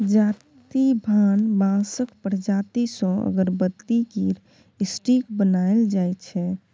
जाति भान बाँसक प्रजाति सँ अगरबत्ती केर स्टिक बनाएल जाइ छै